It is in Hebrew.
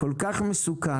כל כך מסוכן,